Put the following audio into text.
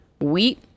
wheat